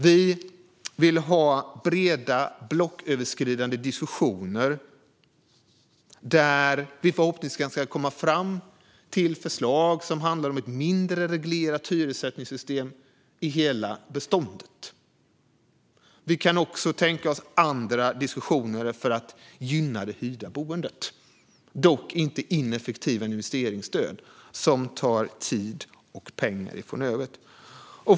Vi vill ha breda blocköverskridande diskussioner där vi förhoppningsvis kan komma fram till förslag som handlar om ett mindre reglerat hyressättningssystem i hela beståndet. Vi kan också tänka oss andra diskussioner för att gynna det hyrda boendet, dock inte ineffektiva investeringsstöd som tar tid och pengar från övrigt.